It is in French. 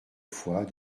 fois